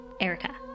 erica